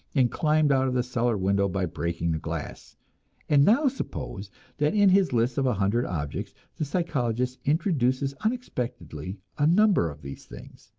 and climbed out of the cellar window by breaking the glass and now suppose that in his list of a hundred objects the psychologist introduces unexpectedly a number of these things.